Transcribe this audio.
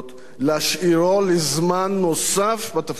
להשאירו לזמן נוסף בתפקיד הזה?